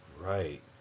Right